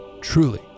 truly